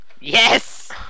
Yes